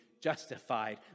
justified